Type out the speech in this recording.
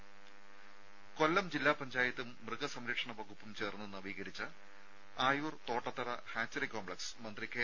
രുമ കൊല്ലം ജില്ലാ പഞ്ചായത്തും മൃഗസംരക്ഷണ വകുപ്പും ചേർന്ന് നവീകരിച്ച ആയൂർ തോട്ടത്തറ ഹാച്ചറി കോംപ്സക്സ് മന്ത്രി കെ